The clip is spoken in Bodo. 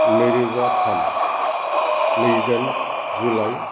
नैरोजा थाम नैजिदाइन जुलाइ